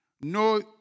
No